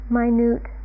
minute